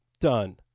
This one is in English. Done